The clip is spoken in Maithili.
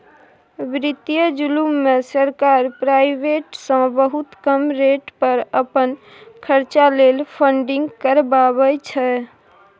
बित्तीय जुलुम मे सरकार प्राइबेट सँ बहुत कम रेट पर अपन खरचा लेल फंडिंग करबाबै छै